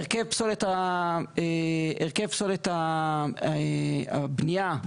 הרכב פסולת הבנייה,